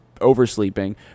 oversleeping